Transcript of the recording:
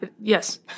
Yes